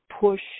push